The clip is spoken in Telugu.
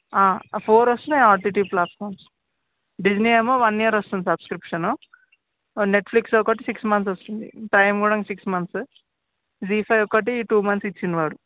ఫోర్ వస్తున్నాయి ఓటీటీ ప్లాట్ఫామ్స్ డిస్నీ ఏమో వన్ ఇయర్ వస్తుంది సబ్స్క్రిప్షను నెట్ఫ్లిక్స్ ఒకటి సిక్స్ మంత్స్ వస్తుంది ప్రైమ్ కూడా ఇంకా సిక్స్ మంత్స్ జీ ఫైవ్ ఒక్కటి టూ మంత్స్ ఇచ్చాడు వాడు